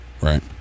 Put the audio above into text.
Right